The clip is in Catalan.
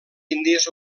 índies